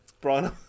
Brian